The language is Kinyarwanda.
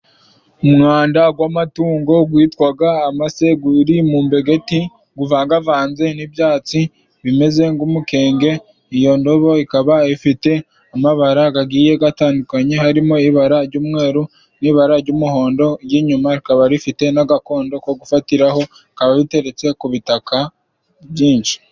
Umwanda gw'amatungo gwitwaga amase guri mu mbegeti, guvangavanze n'ibyatsi bimeze nk'umukenge, iyo ndobo ikaba ifite amabara gagiye gatandukanye harimo ibara jy'umweru n'ibara jy'umuhondo jy'inyuma, rikaba rifite n'agakondo ko gufatiraho rikaba riteretse ku bitaka byinshi.